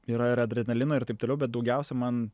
yra ir adrenalino ir taip toliau bet daugiausiai man